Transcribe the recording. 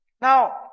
Now